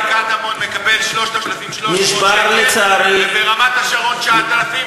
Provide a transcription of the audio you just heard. תגיד למה ילד בקטמון מקבל 3,300 שקל וברמת-השרון 9,000. אתה אחראי לזה.